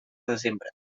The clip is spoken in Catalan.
desembre